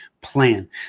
plan